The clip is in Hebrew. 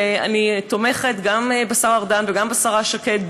ואני תומכת גם בשר ארדן וגם בשרה שקד,